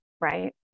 right